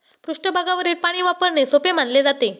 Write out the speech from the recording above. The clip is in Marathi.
पृष्ठभागावरील पाणी वापरणे सोपे मानले जाते